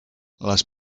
les